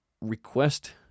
request